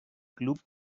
club